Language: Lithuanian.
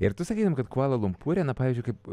ir tu sakytum kad kvala lumpūre na pavyzdžiui kaip